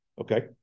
okay